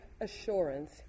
assurance